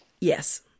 Yes